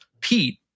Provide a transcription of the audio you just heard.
Pete